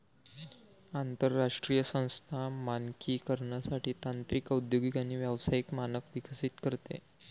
आंतरराष्ट्रीय संस्था मानकीकरणासाठी तांत्रिक औद्योगिक आणि व्यावसायिक मानक विकसित करते